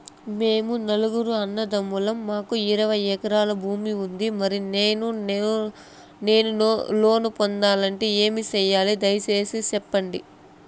మేము నలుగురు అన్నదమ్ములం మాకు ఇరవై ఎకరాల భూమి ఉంది, మరి నేను లోను పొందాలంటే ఏమి సెయ్యాలి? దయసేసి సెప్పండి?